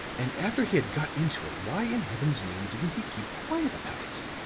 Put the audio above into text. and after he had got into it, why in heaven's name didn't he keep quiet about it?